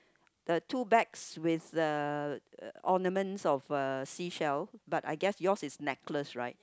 the two bags with the ornaments of uh seashell but I guess yours is necklace right